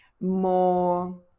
more